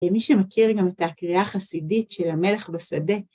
מי שמכיר גם את הקריאה החסידית של המלך בשדה?